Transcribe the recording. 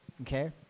okay